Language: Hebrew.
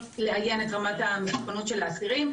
לאיין את רמת המסוכנות של האסירים,